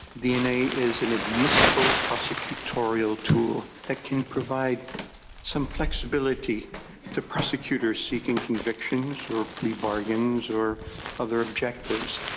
dna is an admissible prosecutorial tool that can provide some flexibility to prosecutors seeking convictions or plea bargains or other objectives.